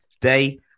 Today